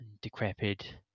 decrepit